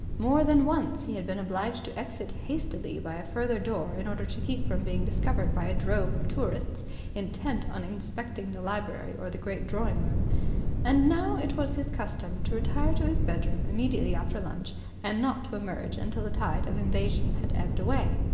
more than once he had been obliged to exit hastily by a further door in order to keep from being discovered by a drove of tourists intent on inspecting the library or the great drawing-room and now it was his custom to retire to his bedroom immediately after lunch and not to emerge until the tide of invasion had ebbed away.